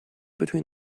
between